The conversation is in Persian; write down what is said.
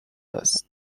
است